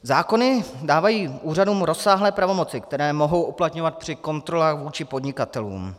Zákony dávají úřadům rozsáhlé pravomoci, které mohou uplatňovat při kontrolách vůči podnikatelům.